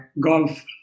golf